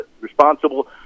responsible